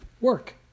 work